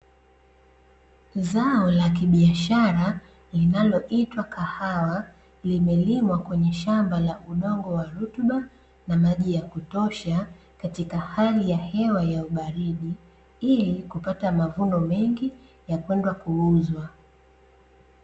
Zao la kibiashara linaloitwa kahawa, limelimwa kwenye shamba la udongo wa rutuba na maji ya kutosha katika hali ya hewa ya ubaridi, ili kupata mavuno mengi ya kwenda kuuzwa.